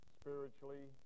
spiritually